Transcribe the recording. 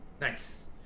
Nice